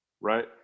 right